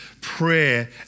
prayer